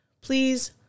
Please